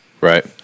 Right